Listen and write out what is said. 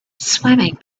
swimming